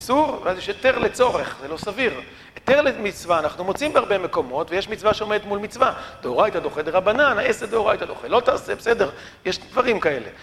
אז יש היתר לצורך, זה לא סביר. היתר למצווה, אנחנו מוצאים בהרבה מקומות ויש מצווה שעומד מול מצווה. דאורייתא דוחה דרבנן, העשה דאורייתא דוחה לא תעשה, בסדר, יש דברים כאלה.